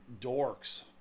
dorks